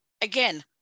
again